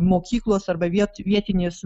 mokyklos arba viet vietinės